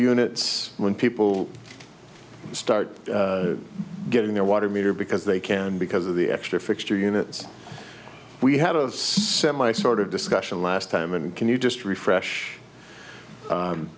units when people start getting their water meter because they can because of the extra fixture units we had a semi sort of discussion last time and can you just refresh